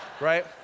Right